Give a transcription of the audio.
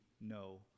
no